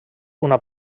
una